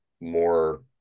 more